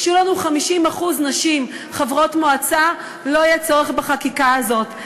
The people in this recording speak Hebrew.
כשיהיו לנו 50% נשים חברות מועצה לא יהיה צורך בחקיקה הזאת.